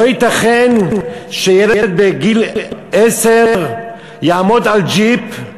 לא ייתכן שילד בגיל עשר יעמוד על ג'יפ,